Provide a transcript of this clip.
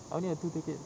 I only had two tickets